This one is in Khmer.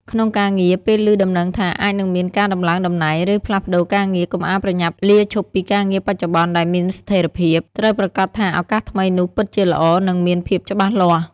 ក្នុងការងារ ពេលឮដំណឹងថាអាចនឹងមានការដំឡើងតំណែង ឬផ្លាស់ប្តូរការងារ កុំអាលប្រញាប់លាឈប់ពីការងារបច្ចុប្បន្នដែលមានស្ថិរភាព ត្រូវប្រាកដថាឱកាសថ្មីនោះពិតជាល្អ និងមានភាពច្បាស់លាស់។